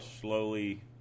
slowly